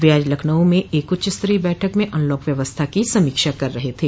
वह आज लखनऊ में एक उच्चस्तरीय बैठक में अनलॉक व्यवस्था की समीक्षा कर रहे थे